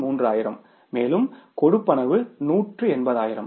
மேலும் கொடுப்பனவு நூற்று எண்பதாயிரம்